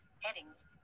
Headings